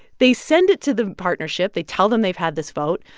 they send it to the partnership. they tell them they've had this vote.